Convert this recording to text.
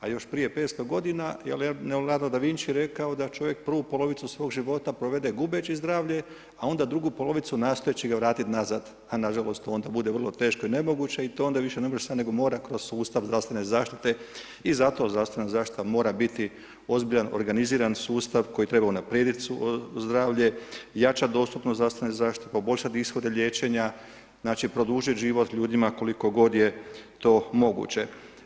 A još prije 500 godina Leonardo De Vinci je rekao da čovjek prvu polovicu svog života provede gubeći zdravlje a onda drugu polovicu nastojeći ga vratiti nazad, a nažalost onda bude vrlo teško i nemoguće i to onda više ne može se nego mora kroz sustav zdravstvene zaštite i zato zdravstvena zaštita mora biti ozbiljan, organiziran sustav koji treba unaprijediti zdravlje i jačati dostupnost zdravstvene zaštite, poboljšati ishode liječenja, znači produžiti život ljudima koliko god je to moguće.